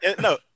No